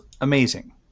amazing